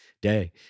day